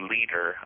leader